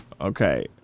Okay